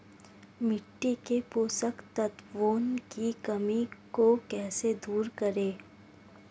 मिट्टी के पोषक तत्वों की कमी को कैसे दूर करें?